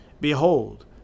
Behold